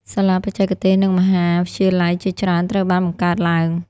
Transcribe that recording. សាលាបច្ចេកទេស និងមហាវិទ្យាល័យជាច្រើនត្រូវបានបង្កើតឡើង។